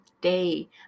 day